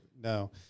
no